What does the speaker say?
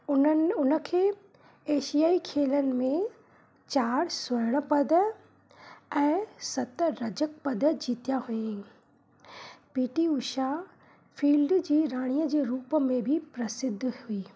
उन्हनि उनखे एशिआई खेलनि में चार स्वर्ण पद ऐं सत रजक पद जीतिया हुयंई पी टी उषा फ़ील्ड जी राणीअ जे रुप में बि प्रसिद्ध हुई